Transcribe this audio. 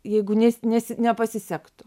jeigu neis nes nepasisektų